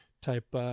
type